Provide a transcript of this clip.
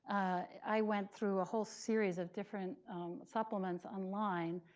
i went through a whole series of different supplements online,